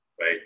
right